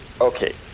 okay